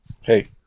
Hey